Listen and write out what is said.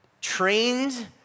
trained